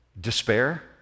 despair